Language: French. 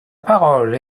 parole